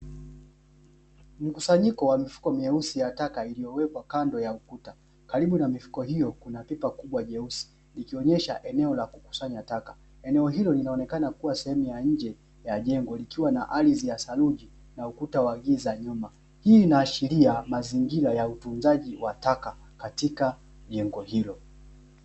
Mkusanyikobwa mifuko meusi ya taka jirani na eneo hilo kuna pipa la taka hali hii inahashiria utunzaji wa taka katika jengo hilo